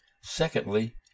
secondly